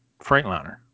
Freightliner